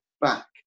back